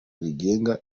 rigenga